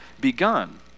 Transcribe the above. begun